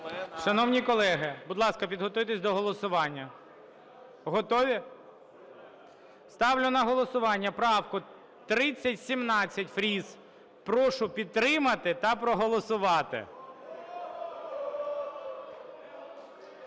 Шановні колеги, будь ласка, підготуйтесь до голосування! Готові? Ставлю на голосування правку 3017, Фріс. Прошу підтримати та проголосувати.